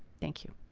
thank you